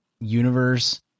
universe